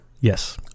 Yes